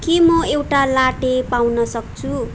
के म एउटा लाटे पाउन सक्छु